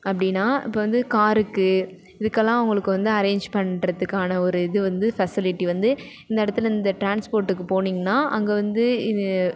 அப்படின்னா இப்போ வந்து காருக்கு இதுக்கெல்லாம் அவங்களுக்கு வந்து அரேஞ்ச் பண்ணுறதுக்கான ஒரு இது வந்து ஃபெசிலிட்டி வந்து இந்த இடத்துல இந்த ட்ரான்ஸ்போர்டுக்கு போனீங்கன்னா அங்கே வந்து இது